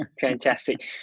Fantastic